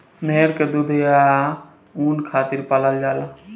भेड़ के दूध आ ऊन खातिर पलाल जाला